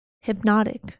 hypnotic